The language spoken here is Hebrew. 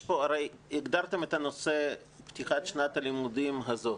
הגדרתם את הנושא פתיחת שנת הלימודים הזאת,